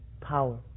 power